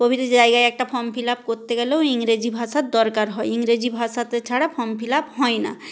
প্রভৃতি জায়গায় একটা ফর্ম ফিল আপ করতে গেলেও ইংরেজি ভাষার দরকার হয় ইংরেজি ভাষাতে ছাড়া ফর্ম ফিল আপ হয় না